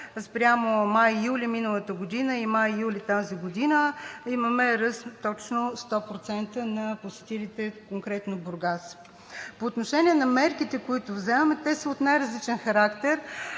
спрямо май – юли миналата година и май – юли тази година – имаме ръст точно 100% на посетилите конкретно Бургас. По отношение на мерките, които вземаме, те са от най различен характер.